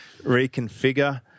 reconfigure